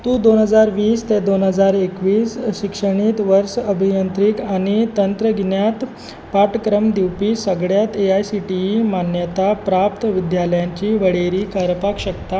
तूं दोन हजार वीस ते दोन हजार एकवीस शिक्षणीक वर्स अभियांत्रिक आनी तंत्रगिन्यात पाठ्यक्रम दिवपी सगळ्यात A I C T E मान्यताय प्राप्त विद्यालयांची वळेरी करपाक शकता